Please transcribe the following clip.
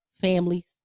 families